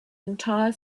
entire